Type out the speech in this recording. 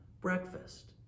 breakfast